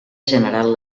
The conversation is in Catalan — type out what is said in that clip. general